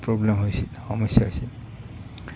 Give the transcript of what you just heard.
problem হৈছিল সমস্যা হৈছিল